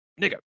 nigga